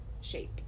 shape